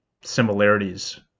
similarities